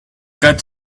cat